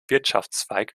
wirtschaftszweig